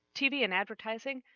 tv and advertising,